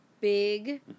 big